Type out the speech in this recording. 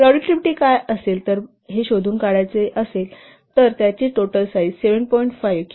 तर प्रोडक्टिव्हिटी काय आहे हे शोधून काढायचे असेल तर प्रोडक्टिव्हिटी येईल ज्याचे टोटल साईज 7